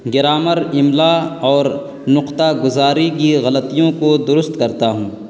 grammar املا اور نقطہ گزاری کی غلطیوں کو درست کرتا ہوں